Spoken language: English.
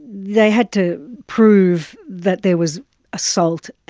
they had to prove that there was assault.